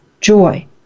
joy